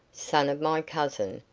son of my cousin,